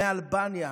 מאלבניה,